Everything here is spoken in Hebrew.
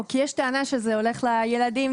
כי יש טענה שזה הולך לילדים,